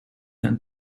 then